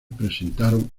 presentaron